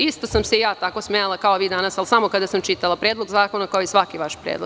Isto sam se i ja tako smejala, kao vi danas, ali samo kada sam čitala predlog zakona, kao i svaki vaš predlog.